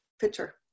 picture